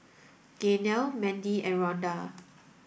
Gaynell Mandy and Ronda